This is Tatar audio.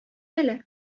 әле